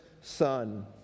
son